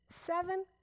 Seven